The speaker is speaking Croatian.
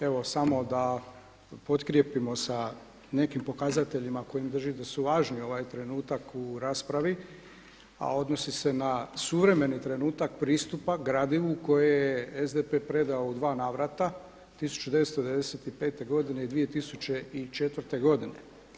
Evo samo da potkrijepimo sa nekim pokazateljima kojim držim da su važni ovaj trenutak u raspravi, a odnosi se na suvremeni trenutak pristupa gradivu koje je SDP predao u dva navrta 1995. godine i 2004. godine.